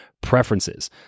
preferences